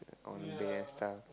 on the stuff